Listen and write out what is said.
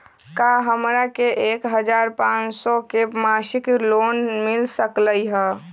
का हमरा के एक हजार पाँच सौ के मासिक लोन मिल सकलई ह?